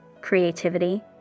creativity